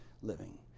living